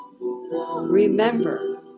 remember